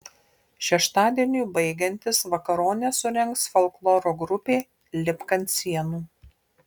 šeštadieniui baigiantis vakaronę surengs folkloro grupė lipk ant sienų